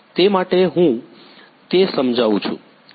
તે માટે હું તે સમજાવું છું